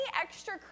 extra